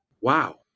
wow